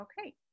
Okay